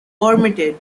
permitted